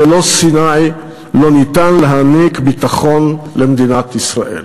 שללא סיני לא ניתן להנהיג ביטחון למדינת ישראל.